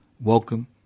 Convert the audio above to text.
Welcome